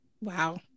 Wow